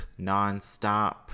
nonstop